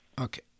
okay